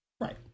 right